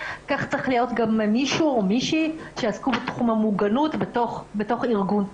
כך צריך להיות גם מישהו או מישהי שיעסקו בתחום המוגנות בתוך ארגון.